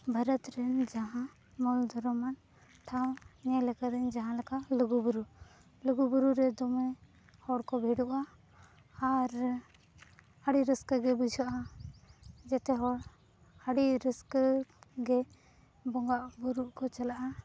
ᱵᱷᱟᱨᱚᱛ ᱨᱮᱱ ᱡᱟᱦᱟᱸ ᱢᱚᱞ ᱫᱷᱚᱨᱚᱢᱟᱱ ᱴᱷᱟᱶ ᱧᱮᱞ ᱠᱟᱹᱫᱟᱹᱧ ᱡᱟᱦᱟᱸᱞᱮᱠᱟ ᱞᱩᱜᱩᱼᱵᱩᱨᱩ ᱞᱩᱜᱩᱼᱵᱩᱨᱩ ᱨᱮ ᱫᱚᱢᱮ ᱦᱚᱲ ᱠᱚ ᱵᱷᱤᱲᱚᱜᱼᱟ ᱟᱨ ᱟᱹᱰᱤ ᱨᱟᱹᱥᱠᱟᱹᱜᱮ ᱵᱩᱡᱷᱟᱹᱜᱼᱟ ᱡᱮᱛᱮ ᱦᱚᱲ ᱟᱹᱰᱤ ᱨᱟᱹᱥᱠᱟᱹᱜᱮ ᱵᱚᱸᱜᱟᱼᱵᱩᱨᱩ ᱠᱚ ᱪᱟᱞᱟᱜᱼᱟ